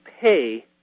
pay